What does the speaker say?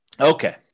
Okay